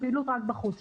על פעילות רק בחוץ.